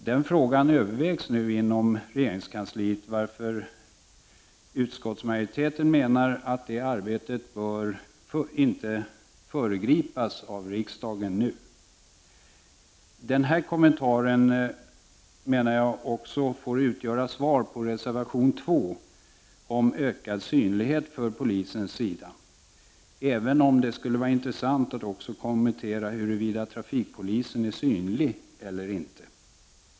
Den frågan övervägs nu inom regeringskansliet, varför det arbetet inte bör föregripas av riksdagen. Den här kommentaren får också utgöra svar på reservation 2 — om ökad synlighet från polisens sida — även om det skulle ha varit intressant att kommentera huruvida trafikpolisen är synlig eller inte.